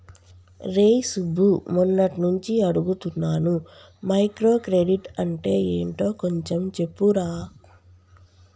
రేయ్ సుబ్బు, మొన్నట్నుంచి అడుగుతున్నాను మైక్రో క్రెడిట్ అంటే యెంటో కొంచెం చెప్పురా